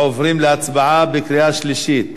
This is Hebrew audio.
עוברים להצבעה בקריאה שלישית.